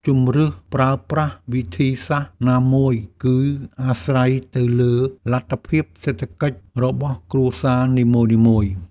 ជម្រើសប្រើប្រាស់វិធីសាស្ត្រណាមួយ គឺអាស្រ័យទៅលើលទ្ធភាពសេដ្ឋកិច្ចរបស់គ្រួសារនីមួយៗ។